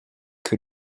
que